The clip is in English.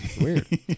Weird